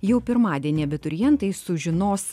jau pirmadienį abiturientai sužinos